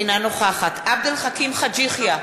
אינה נוכחת עבד אל חכים חאג' יחיא,